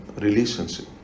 relationship